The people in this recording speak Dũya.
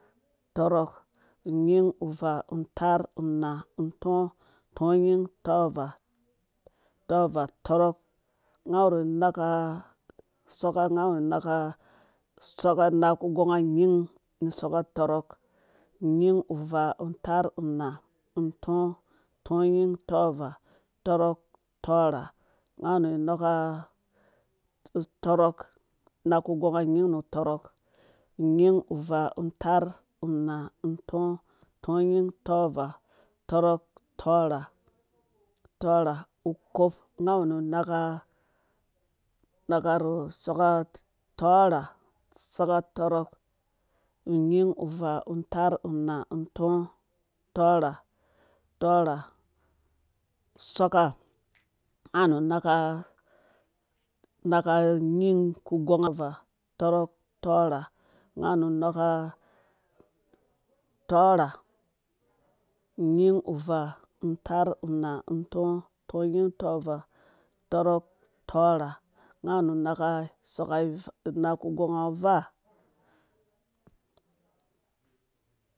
Tɔrɔk unyin uvaa taar unaa untɔɔ tɔnyin tɔvaa tɔrɔk nga awu nu naka soka nga awu naka soka naku gonga nyin nu soka tɔrɔk unyin uvaa taar unaa untɔɔ tɔnyin tɔvaa tɔrɔk tɔrha nga awu nu naka tɔrɔk naku gonga nyin nu tɔrɔk unyin uvaa taar unaa untɔɔ tɔnyin tɔvaa tɔrɔk tɔrha ukop unyin uvaa taar unaa untɔɔ tɔnyin tɔvaa tɔrɔk tɔrha nga nga awu nu naka naka nu soka torha soka tɔrɔk unyin uvaa taar unaa untɔɔ tɔnyin tɔvaa tɔrɔk tɔrha tɔrha soka nga awu nu naka tɔrha unyin uvaa taar unaa untɔɔ tɔnyin tɔvaa tɔrɔk tɔrhanga awu nu naka unaku gonga avaa